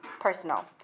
personal